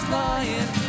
lying